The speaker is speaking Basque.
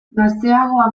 gazteagoa